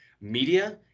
media